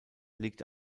liegt